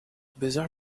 bizarre